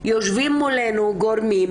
יושבים מולנו גורמים,